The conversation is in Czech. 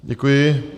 Děkuji.